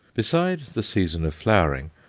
besides the season of flowering,